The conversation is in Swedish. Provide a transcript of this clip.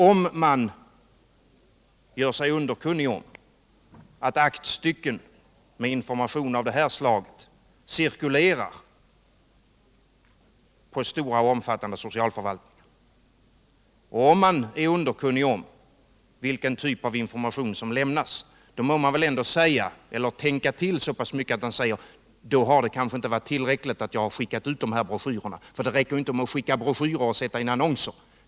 Om han gör sig underkunnig om att aktstycken med information av det här slaget cirkulerar på stora och omfattande socialförvaltningar och om han är underkunnig om vilken typ av information som lämnats kan man kräva att han ändå tänker till så pass mycket att han säger: Då har det kanske inte varit tillräckligt att jag har skickat ut de här broschyrerna. — Det räcker inte att skicka broschyrer och sätta in annonser.